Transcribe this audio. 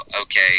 okay